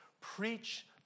preach